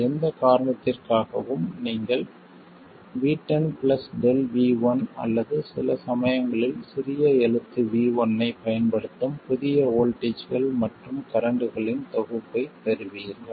எந்த காரணத்திற்காகவும் நீங்கள் V10 Δ V1 அல்லது சில சமயங்களில் சிறிய எழுத்து v1 ஐப் பயன்படுத்தும் புதிய வோல்ட்டேஜ்கள் மற்றும் கரண்ட்களின் தொகுப்பைப் பெறுவீர்கள்